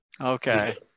Okay